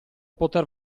poter